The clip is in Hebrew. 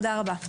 תודה רבה.